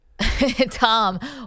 Tom